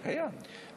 זה קיים.